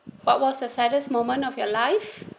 what was the saddest moment of your life